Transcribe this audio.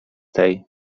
tej